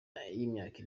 y’imyaka